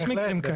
יש מקרים כאלה.